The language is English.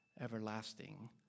everlasting